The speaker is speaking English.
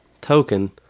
token